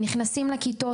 נכנסים לכיתות.